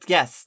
Yes